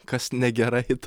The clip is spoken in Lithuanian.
kas negerai tau